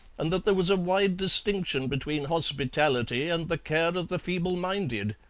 and that there was a wide distinction between hospitality and the care of the feeble-minded.